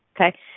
okay